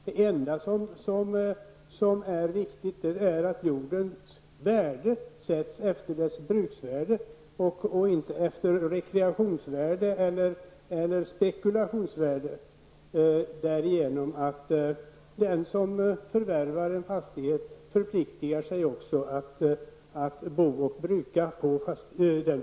Det enda som är viktigt är att jordens värde sätts efter dess bruksvärde och inte efter rekreationsvärde eller spekulationsvärde. Därigenom förpliktar sig den som förvärvar en fastighet också att bo på och bruka den.